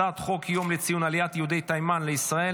אני קובע כי הצעת חוק איסור לכידת בעלי חיים באמצעות מלכודות אסורות,